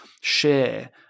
share